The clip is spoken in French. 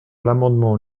l’amendement